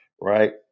right